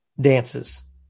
Dances